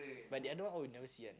but the other one all we never see right